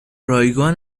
رایگان